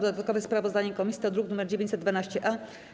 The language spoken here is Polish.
Dodatkowe sprawozdanie komisji to druk nr 912-A.